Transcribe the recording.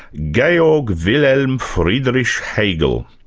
georg wilhelm freidrich hegel.